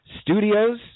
Studios